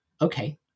okay